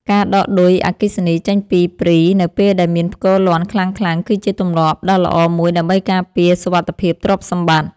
ការដកឌុយអគ្គិសនីចេញពីព្រីនៅពេលដែលមានផ្គរលាន់ខ្លាំងៗគឺជាទម្លាប់ដ៏ល្អមួយដើម្បីការពារសុវត្ថិភាពទ្រព្យសម្បត្តិ។